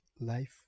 life